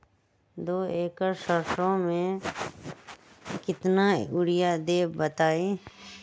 दो एकड़ सरसो म केतना यूरिया देब बताई?